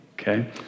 okay